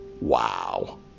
Wow